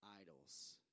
idols